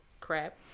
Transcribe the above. crap